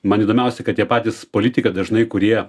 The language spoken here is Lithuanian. man įdomiausia kad tie patys politikai dažnai kurie